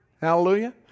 Hallelujah